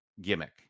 gimmick